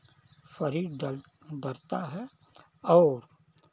शरीर डल डरता है और